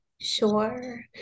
Sure